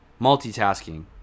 Multitasking